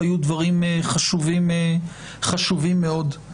היו דברים חשובים מאוד.